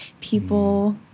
people